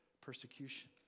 persecution